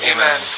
Amen